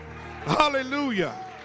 Hallelujah